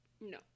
No